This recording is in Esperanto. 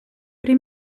pri